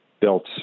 built